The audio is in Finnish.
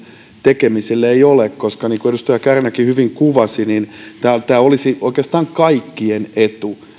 tekemiselle ei ole koska niin kuin edustaja kärnäkin hyvin kuvasi tämä olisi oikeastaan kaikkien etu että